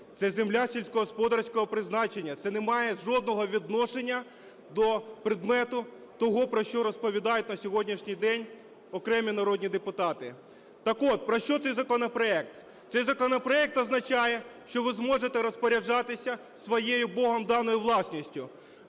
це земля сільськогосподарського призначення, це не має жодного відношення до предмету того, про що розповідають на сьогоднішній день окремі народні депутати. Так от, про що цей законопроект? Цей законопроект означає, що ви зможете розпоряджатися своєю, Богом даною, власністю.